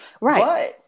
right